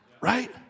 Right